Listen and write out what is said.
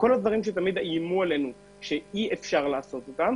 כל הדברים שתמיד נאמר שאי-אפשר לעשותם.